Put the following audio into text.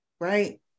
right